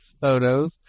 photos